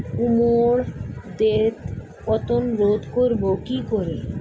কুমড়োর দ্রুত পতন রোধ করব কি করে?